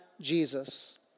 Jesus